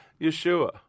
Yeshua